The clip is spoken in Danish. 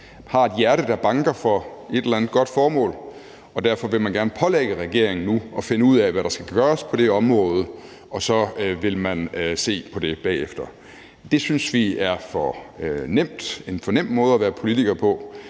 har et hjerte, der banker for et eller andet godt formål, og derfor gerne vil pålægge regeringen nu at finde ud af, hvad der skal gøres på det område, og så vil man bagefter se på det. Det synes vi er for nem en måde at være politiker på.